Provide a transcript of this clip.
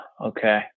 okay